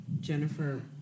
Jennifer